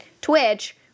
Twitch